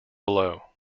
below